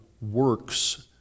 works